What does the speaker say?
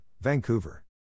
Vancouver